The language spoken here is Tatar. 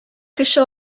кеше